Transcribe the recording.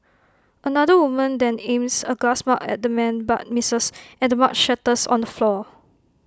another woman then aims A glass mug at the man but misses and the mug shatters on the floor